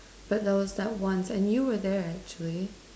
but there was that one time and you were there actually